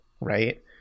right